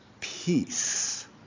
peace